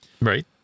Right